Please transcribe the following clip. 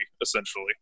essentially